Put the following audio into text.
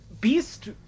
Beast